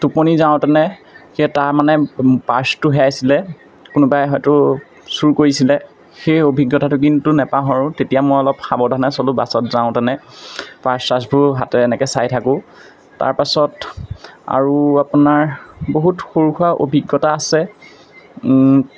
টোপনি যাওঁতেনে সেই তাৰমানে পাৰ্চটো হেৰাইছিলে কোনোবাই হয়তো চুৰ কৰিছিলে সেই অভিজ্ঞতাটো কিন্তু নাপাহৰো তেতিয়া মই অলপ সাৱধানে চলোঁ বাছত যাওঁতেনে পাৰ্চ চাৰ্বোচৰ হাতেৰে এনেকৈ চাই থাকোঁ তাৰপাছত আৰু আপোনাৰ বহুত সৰু সুৰা অভিজ্ঞতা আছে